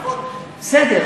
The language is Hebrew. בסדר,